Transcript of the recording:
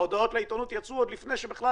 ההודעות לעיתונות יצאו עוד לפני שבכלל